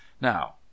Now